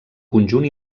conjunt